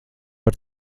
par